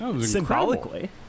Symbolically